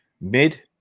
mid